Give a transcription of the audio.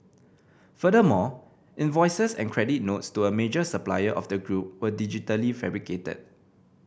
furthermore invoices and credit notes to a major supplier of the group were digitally fabricated